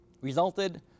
resulted